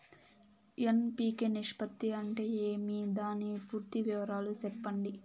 NPK నిష్పత్తి అంటే ఏమి దాని పూర్తి వివరాలు సెప్పండి?